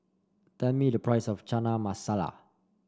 tell me the price of Chana Masala